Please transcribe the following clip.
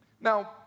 Now